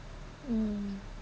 uh